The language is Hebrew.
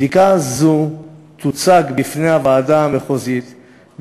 בדיקה זו תוצג בפני הוועדה המחוזית,